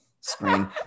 screen